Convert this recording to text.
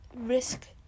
risk